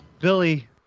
Billy